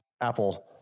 Apple